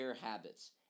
Habits